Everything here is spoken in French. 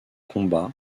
combat